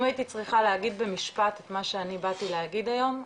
אם הייתי צריכה להגיד במשפט את מה שבאתי להגיד היום,